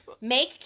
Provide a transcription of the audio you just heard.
Make